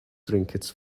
trinkets